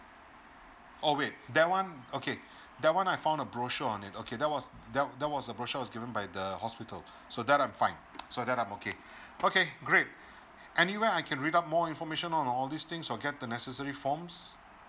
oh wait that one okay that one I found a brochure on it okay that was that was a brochure that was given by the hospital so that I'm fine so that I'm okay okay great anywhere I can read out more information on all these things or get the necessary forms